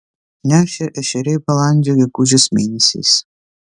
neršia ešeriai balandžio gegužės mėnesiais